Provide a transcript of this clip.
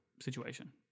situation